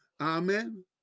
Amen